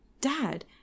Dad